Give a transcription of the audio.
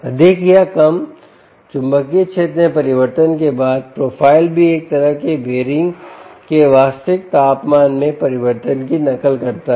अधिक या कम चुंबकीय क्षेत्र में परिवर्तन के बाद प्रोफ़ाइल भी एक तरह के बियररिंग के वास्तविक तापमान में परिवर्तन की नकल करता है